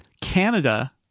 Canada